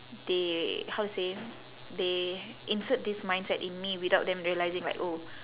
they how to say they insert this mindset in me without them realising like oh